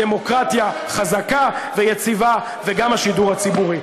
הדמוקרטיה חזקה ויציבה, וגם השידור הציבורי.